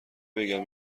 بگم